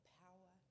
power